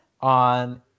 on